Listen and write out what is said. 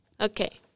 okay